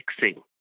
fixing